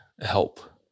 help